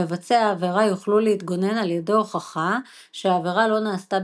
מבצעי העבירה יוכלו להתגונן על ידי הוכחה שהעבירה לא נעשתה